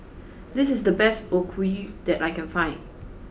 this is the best Okayu that I can find